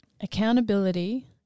accountability